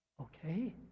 Okay